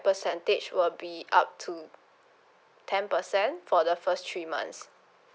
percentage will be up to ten percent for the first three months